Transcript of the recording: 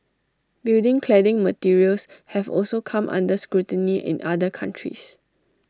building cladding materials have also come under scrutiny in other countries